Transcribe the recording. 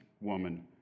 woman